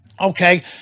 Okay